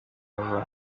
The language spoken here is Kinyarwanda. vuba